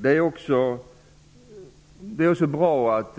Det är också bra att